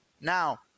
Now